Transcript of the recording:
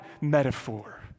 metaphor